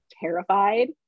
terrified